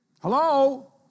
Hello